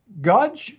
God